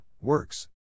Works